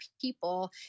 people